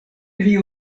pli